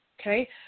Okay